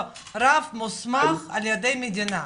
רב מוסמך על ידי המדינה?